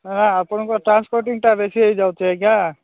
ନା ଆପଣଙ୍କ ଟ୍ରାନ୍ସପୋର୍ଟିଂଟା ବେଶୀ ହେଇଯାଉଛି ଆଜ୍ଞା